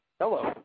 Hello